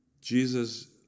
Jesus